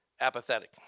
apathetic